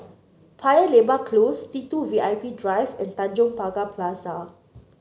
Paya Lebar Close T two V I P Drive and Tanjong Pagar Plaza